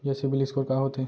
ये सिबील स्कोर का होथे?